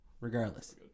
regardless